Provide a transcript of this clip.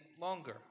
longer